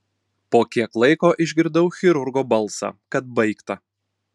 po kiek laiko išgirdau chirurgo balsą kad baigta